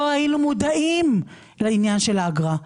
לא היינו מודעים לעניין של האגרה,